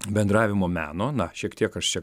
bendravimo meno na šiek tiek aš čia